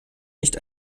nicht